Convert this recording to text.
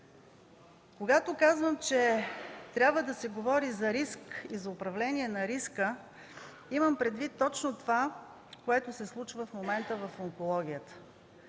Когато казвам, че трябва да се говори за риск и за управление на риска, имам предвид точно това, което се случва в момента в онкологията.